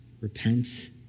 repent